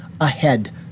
ahead